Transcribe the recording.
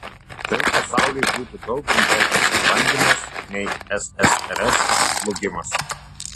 tai pasauliui būtų daug rimtesnis išbandymas nei ssrs žlugimas